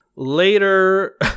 Later